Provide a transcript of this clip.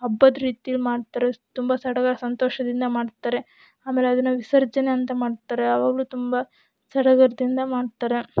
ಹಬ್ಬದ ರೀತಿಲಿ ಮಾಡ್ತಾರೆ ತುಂಬ ಸಡಗರ ಸಂತೋಷದಿಂದ ಮಾಡ್ತಾರೆ ಆಮೇಲೆ ಅದನ್ನು ವಿಸರ್ಜನೆ ಅಂತ ಮಾಡ್ತಾರೆ ಆವಾಗ್ಲೂ ತುಂಬ ಸಡಗರದಿಂದ ಮಾಡ್ತಾರೆ